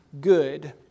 good